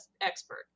expert